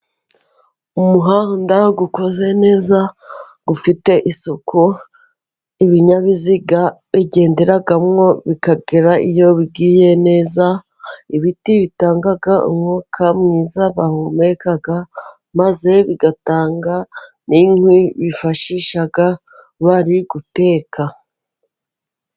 Umuhanda ukoze neza, ufite isuku, ibinyabiziga bigenderamo bikagera iyo bigiye neza. Ibiti bitanga umwuka mwiza bahumeka, maze bigatanga n’inkwi bifashisha bari guteka.